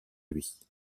lui